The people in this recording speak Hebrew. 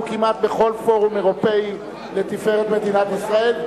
כמעט בכל פורום אירופי לתפארת מדינת ישראל.